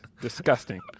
Disgusting